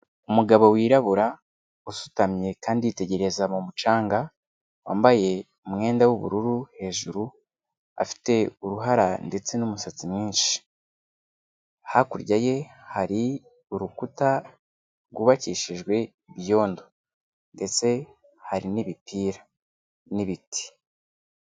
Umugabo wirabura usutamye kandi yitegereza mu mucanga, wambaye umwenda w'ubururu hejuru, afite uruhara ndetse n'umusatsi mwinshi. Hakurya ye hari urukuta rwubakishijwe ibyondo ndetse hari n'ibipira n'ibiti.